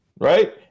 Right